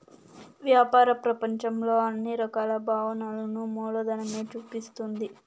వ్యాపార ప్రపంచంలో అన్ని రకాల భావనలను మూలధనమే చూపిస్తుంది